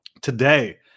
Today